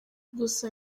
gusa